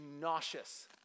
nauseous